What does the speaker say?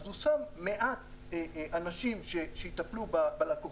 אז הוא שם מעט אנשים שיטפלו בלקוחות.